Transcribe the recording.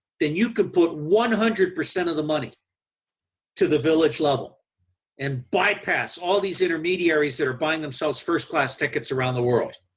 then you can put one hundred percent percent of the money to the village level and bypass all these intermediaries that are buying themselves first class tickets around the world.